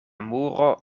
muro